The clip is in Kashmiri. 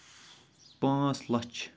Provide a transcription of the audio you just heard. پانژھ لَچھ شیٚیہِ تٲجی